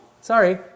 Sorry